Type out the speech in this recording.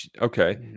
okay